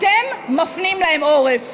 אתם מפנים להם עורף.